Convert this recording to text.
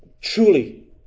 truly